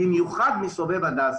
במיוחד מסובב הדסה.